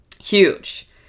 huge